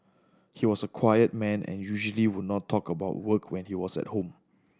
he was a quiet man and usually would not talk about work when he was at home